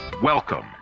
Welcome